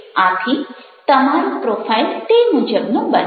આથી તમારો પ્રોફાઇલ તે મુજબનો બનશે